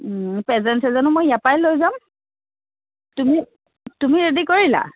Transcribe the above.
present চেজেনো মই ইয়াৰপৰাই লৈ যাম তুমি তুমি ৰেডি কৰিলা